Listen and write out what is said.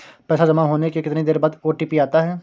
पैसा जमा होने के कितनी देर बाद ओ.टी.पी आता है?